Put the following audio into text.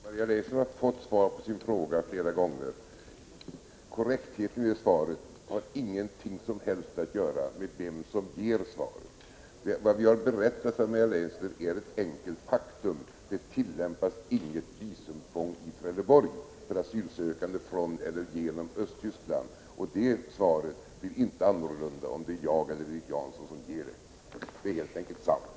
Fru talman! Maria Leissner har fått svar på sin fråga flera gånger. 28 maj 1986 Korrektheten i svaret har ingenting som helst att göra med vem som ger svaret. Vad jag har berättat för Maria Leissner är ett enkelt faktum: Det tillämpas inget visumtvång i Trelleborg för asylsökande från eller genom Östtyskland. Det svaret blir inte annorlunda om det är jag eller Erik Janson som ger det. Det är helt enkelt sant.